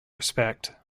respect